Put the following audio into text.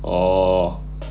orh